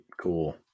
cool